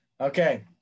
Okay